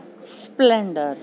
splendor